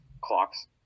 clocks